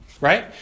right